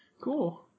cool